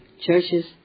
churches